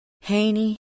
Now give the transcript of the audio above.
Haney